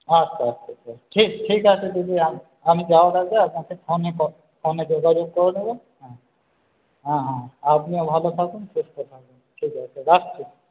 আচ্ছা আচ্ছা আচ্ছা ঠিক ঠিক আছে দিদি আম আমি যাওয়ার আগে আপনাকে ফোনে ফোনে যোগাযোগ করে নেব হ্যাঁ হ্যাঁ হ্যাঁ আপনিও ভালো থাকুন সুস্থ থাকুন ঠিক আছে রাখছি